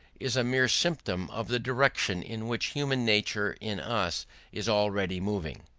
is a mere symptom of the direction in which human nature in us is already moving,